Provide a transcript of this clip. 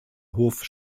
hof